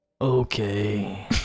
Okay